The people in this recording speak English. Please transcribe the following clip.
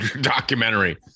documentary